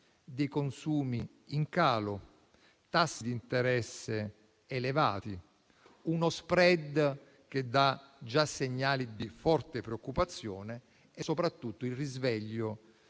consumi in calo, tassi di interesse elevati, uno *spread* che dà già segnali di forte preoccupazione e, soprattutto, il risveglio